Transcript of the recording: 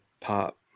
pop